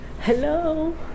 hello